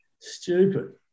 stupid